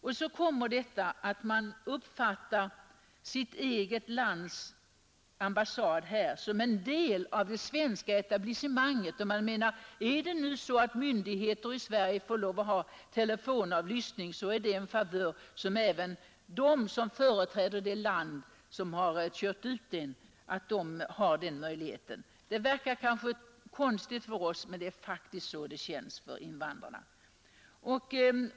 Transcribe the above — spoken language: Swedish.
Därtill kommer att de uppfattar sitt eget lands ambassad här i landet som en del av det svenska etablissemanget, och de menar: Är det nu så, att myndigheter i Sverige får lov att ha telefonavlyssning, är det väl en favör som även de har som företräder ett land som har kört ut oss. Detta resonemang verkar kanske konstigt för oss, men det är faktiskt så det känns för invandrarna.